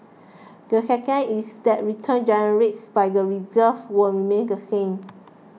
the second is that returns generates by the reserves will remain the same